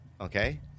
Okay